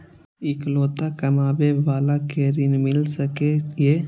इकलोता कमाबे बाला के ऋण मिल सके ये?